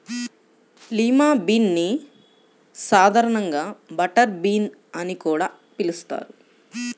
lima bean ని సాధారణంగా butter bean అని కూడా పిలుస్తారు